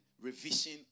revision